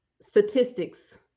statistics